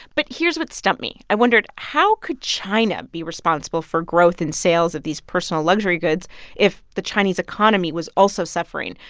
but here's what stumped me. i wondered, how could china be responsible for growth in sales of these personal luxury goods if the chinese economy was also suffering?